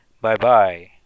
bye-bye